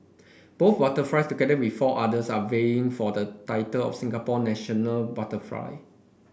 both butterflies together with four others are vying for the title of Singapore national butterfly